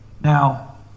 Now